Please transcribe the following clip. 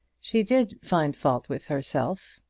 she did find fault with herself,